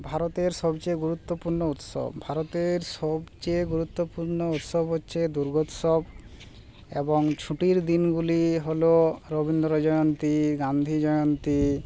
ভারতের সবচেয়ে গুরুত্বপূর্ণ উৎসব ভারতের সবচেয়ে গুরুত্বপূর্ণ উৎসব হচ্ছে দুর্গোৎসব এবং ছুটির দিনগুলি হল রবীন্দ্র জয়ন্তী গান্ধী জয়ন্তী